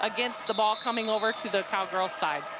against the ball coming over to the cowgirls' side.